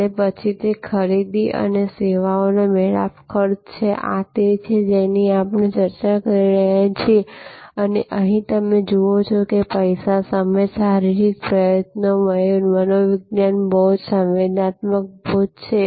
અને પછી તે ખરીદી અને સેવાનો મેળાપ ખર્ચ છે આ તે છે જેની આપણે ચર્ચા કરી રહ્યા છીએ અને અહીં તમે જુઓ છો કે પૈસા સમય શારીરિક પ્રયત્નો મનોવૈજ્ઞાનિક બોજ સંવેદનાત્મક બોજ છે